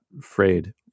frayed